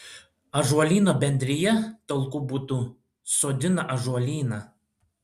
ąžuolyno bendrija talkų būdu sodina ąžuolyną